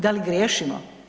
Da li griješimo?